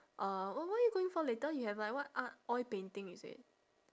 uh what what are you going for later you have like what art oil painting is it